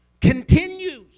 continues